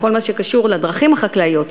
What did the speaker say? בכל מה שקשור לדרכים החקלאיות.